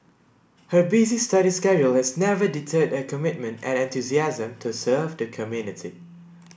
her busy study schedule has never deterred her commitment and enthusiasm to serve the community